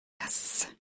Yes